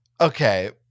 Okay